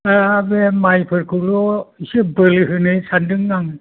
दा बे माइफोरखौल' एसे बोलो होनो सानदों आं